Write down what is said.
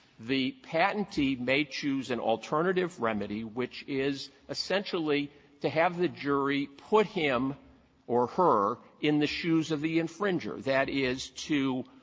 the patentee may choose an and alternative remedy which is essentially to have the jury put him or her in the shoes of the infringer. that is, to